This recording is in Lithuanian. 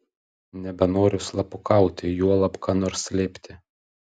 nebenoriu slapukauti juolab ką nors slėpti